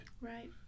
Right